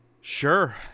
Sure